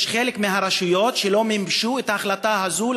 חלק מהרשויות לא מימשו את ההחלטה הזאת,